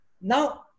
now